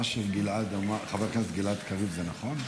מה שחבר הכנסת גלעד קריב אמר זה נכון?